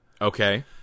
Okay